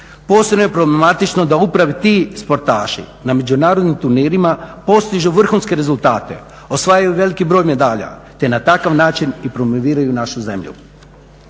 Posebno je problematično da upravo ti sportaši na međunarodnim turnirima postižu vrhunske rezultate, osvajaju veliki broj medalja te na takav način i promoviraju našu zemlju.